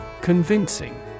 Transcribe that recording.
Convincing